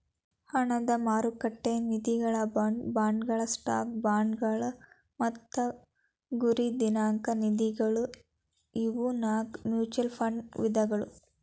ಹಣದ ಮಾರುಕಟ್ಟೆ ನಿಧಿಗಳ ಬಾಂಡ್ ಫಂಡ್ಗಳ ಸ್ಟಾಕ್ ಫಂಡ್ಗಳ ಮತ್ತ ಗುರಿ ದಿನಾಂಕ ನಿಧಿಗಳ ಇವು ನಾಕು ಮ್ಯೂಚುಯಲ್ ಫಂಡ್ ವಿಧಗಳ